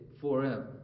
forever